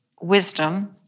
wisdom